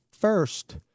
first